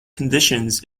conditions